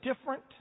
different